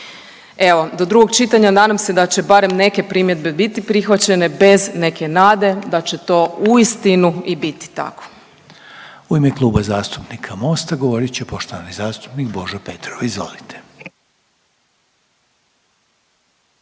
Evo do drugog čitanja nadam se da će barem neke primjedbe biti prihvaćene bez neke nade da će to uistinu i biti tako. **Reiner, Željko (HDZ)** U ime Kluba zastupnika MOST-a govorit će poštovani zastupnik Božo Petrov. Izvolite.